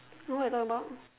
no what you talk about